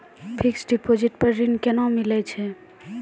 Fixed deposit पर ऋण केना मिलै छै?